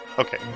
Okay